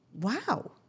Wow